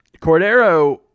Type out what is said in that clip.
Cordero